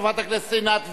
חברת הכנסת עינת וילף,